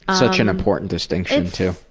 ah such an important distinction too.